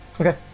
Okay